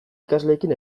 ikasleekin